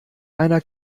einer